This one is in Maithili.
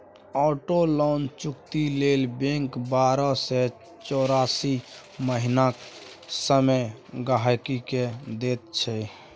आटो लोन चुकती लेल बैंक बारह सँ चौरासी महीनाक समय गांहिकी केँ दैत छै